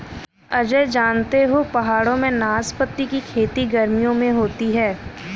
अजय जानते हो पहाड़ों में नाशपाती की खेती गर्मियों में होती है